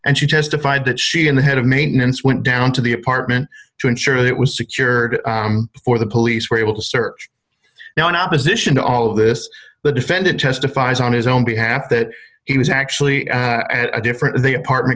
and she testified that she and the head of maintenance went down to the apartment to ensure that it was secured before the police were able to search now in opposition to all of this the defendant testifies on his own behalf that he was actually at a different in the apartment